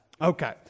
Okay